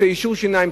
רוצה יישור שיניים,